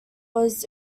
was